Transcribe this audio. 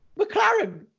McLaren